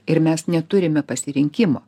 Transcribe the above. ir mes neturime pasirinkimo